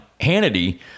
Hannity